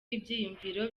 ibyiyumviro